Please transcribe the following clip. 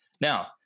Now